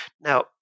Now